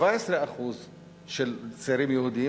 17% צעירים יהודים,